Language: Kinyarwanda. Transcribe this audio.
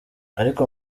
ariko